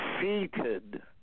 seated